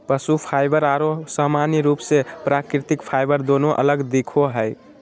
पशु फाइबर आरो सामान्य रूप से प्राकृतिक फाइबर दोनों अलग दिखो हइ